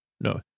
No